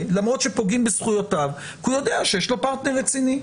למרות שפוגעים בזכויותיו כי הוא יודע שיש לו פרטנר רציני.